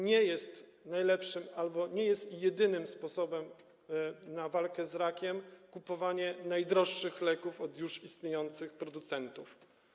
Nie jest najlepszym albo nie jest jedynym sposobem na walkę z rakiem kupowanie najdroższych leków od już istniejących producentów.